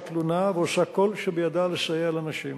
תלונה ועושה כל שבידה לסייע לנשים.